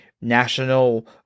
national